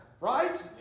right